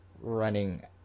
running